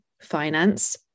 finance